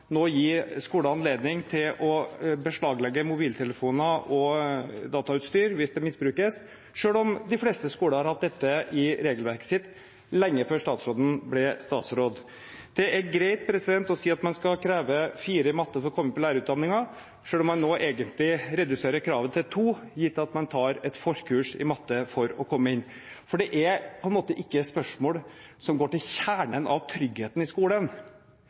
nå skal man låse døren på skolen for dem som kommer for sent, selv om skoler har praktisert det lenge før statsråden ble statsråd. Det er greit å stå i VG og si at man skal gi skolene anledning til å beslaglegge mobiltelefoner og datautstyr, hvis det misbrukes, selv om de fleste skolene har hatt dette i regelverket sitt lenge før statsråden ble statsråd. Det er greit å si at man skal kreve 4 i matte for å komme inn på lærerutdanningen, selv om man nå egentlig reduserer kravet til 2, gitt at man tar